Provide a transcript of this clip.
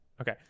Okay